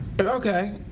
Okay